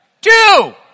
Two